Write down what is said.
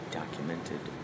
documented